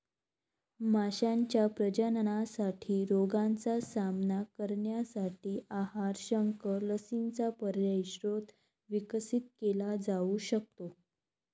माशांच्या प्रजननासाठी रोगांचा सामना करण्यासाठी आहार, शंख, लसींचा पर्यायी स्रोत विकसित केला जाऊ शकतो